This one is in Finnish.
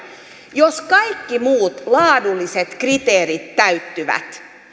jos kaikki muut laadulliset kriteerit täyttyvät